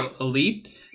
elite